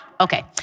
Okay